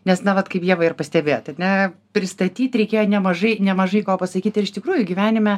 nes na vat kaip ieva ir pastebėjot ar ne pristatyt reikėjo nemažai nemažai ko pasakyt ir iš tikrųjų gyvenime